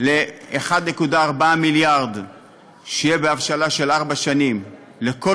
ל-1.4 מיליארד שיהיו בהבשלה של ארבע שנים לכל